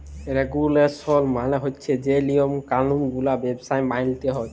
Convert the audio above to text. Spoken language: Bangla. রেগুলেসল মালে হছে যে লিয়ম কালুল গুলা ব্যবসায় মালতে হ্যয়